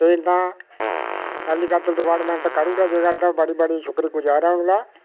ऐ तां agriculture department करी ओड़े जेकर तां बडी बड्डी शुकर गुजार आं